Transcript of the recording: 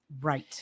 Right